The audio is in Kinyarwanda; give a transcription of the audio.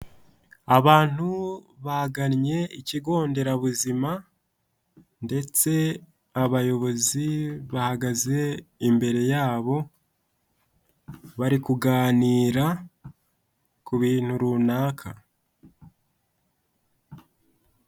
Abantu bagannye ikigo nderabuzima, ndetse abayobozi bahagaze imbere yabo bari kuganira ku bintu runaka.